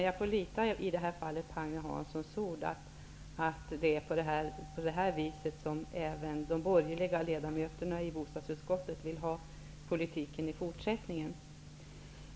Jag får i det här fallet lita på det Agne Hansson säger, dvs. att det är på det här viset som även de borgerliga ledamöterna i bostadsutskottet vill ha politiken i fortsättningen.